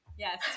Yes